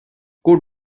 good